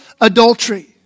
adultery